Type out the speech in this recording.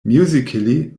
musically